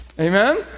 amen